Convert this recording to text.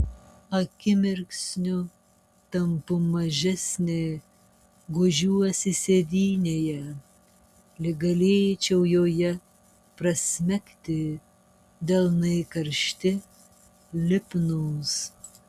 akimirksniu tampu mažesnė gūžiuosi sėdynėje lyg galėčiau joje prasmegti delnai karšti lipnūs